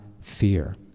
fear